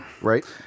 Right